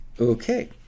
Okay